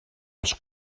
els